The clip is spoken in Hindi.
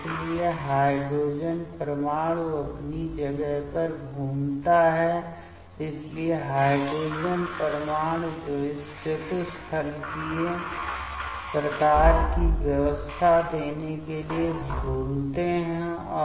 तो इसलिए हाइड्रोजन परमाणु अपनी जगह पर घूमता है इसलिए हाइड्रोजन परमाणु जो इस चतुष्फलकीय प्रकार की व्यवस्था देने के लिए झूलते हैं